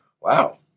wow